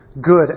good